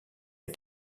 les